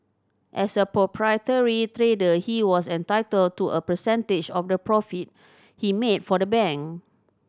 as a proprietary trader he was entitled to a percentage of the profit he made for the bank